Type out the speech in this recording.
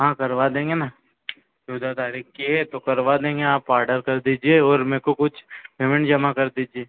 हाँ करवा देंगे ना चौदह तारीख़ की है तो करवा देंगे आप आडर कर दीजिए और मे को कुछ पेमेंट जमा कर दीजिए